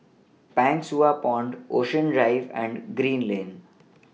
Pang Sua Pond Ocean Drive and Green Lane